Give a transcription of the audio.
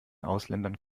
ausländern